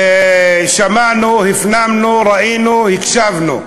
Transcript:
שמענו, הפנמנו, ראינו, הקשבנו.